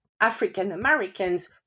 African-Americans